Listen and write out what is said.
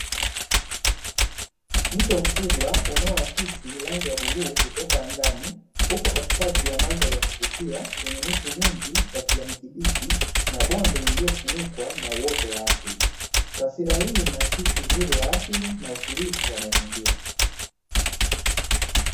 Mto mkubwa unaoakisi rangi ya bluu kutoka angani, upo katikati ya mandhari ya kuvutia yenye miti mingi ya kijani kibichi, na bonde lililofunikwa na uoto wa asili. Taswira hii inaakisi uzuri wa asili na utulivu wa mazingira.